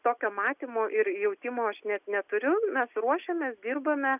tokio matymo ir jautimo aš net neturiu mes ruošiamės dirbame